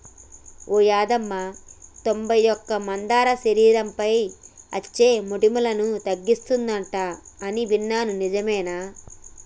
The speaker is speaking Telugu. ఓ యాదమ్మ తొంబై ఒక్క మందార శరీరంపై అచ్చే మోటుములను తగ్గిస్తుందంట అని ఇన్నాను నిజమేనా